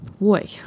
Boy